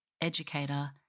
educator